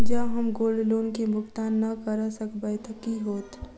जँ हम gold loan केँ भुगतान न करऽ सकबै तऽ की होत?